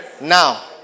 now